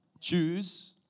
Choose